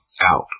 out